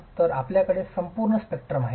तर आपल्याकडे संपूर्ण स्पेक्ट्रम आहे